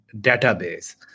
database